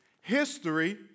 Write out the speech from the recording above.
history